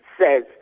says